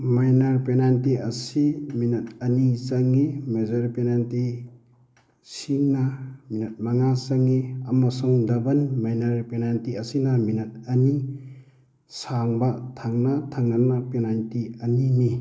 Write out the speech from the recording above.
minor penalty ꯑꯁꯤ minute ꯑꯅꯤ ꯆꯪꯉꯤ ꯃꯦꯖꯔ ꯄꯦꯅꯥꯜꯇꯤ ꯁꯤꯡꯅ ꯃꯤꯅꯠ ꯃꯉꯥ ꯆꯪꯉꯤ ꯑꯃꯁꯨꯡ ꯗꯕꯜ ꯃꯥꯏꯅꯔ ꯄꯦꯅꯥꯜꯇꯤ ꯑꯁꯤꯅ ꯃꯤꯅꯠ ꯑꯅꯤ ꯁꯥꯡꯕ ꯊꯪꯅ ꯊꯪꯅꯅ ꯄꯦꯅꯥꯜꯇꯤ ꯑꯅꯤꯅꯤ